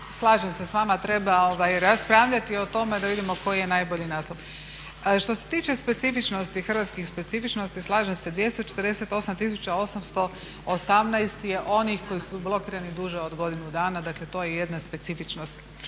slažem se s vama treba raspravljati o tome da vidimo koji je najbolji naslov. Što se tiče specifičnosti, hrvatskih specifičnosti, slažem se 248 tisuća 818 je onih koji su blokirani duže od godinu dana, dakle to je jedna specifičnost.